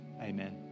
amen